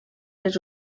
les